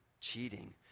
cheating